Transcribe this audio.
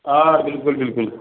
آ بِلکُل بِلکُل